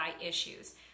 issues